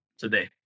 today